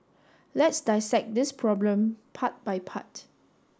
let's dissect this problem part by part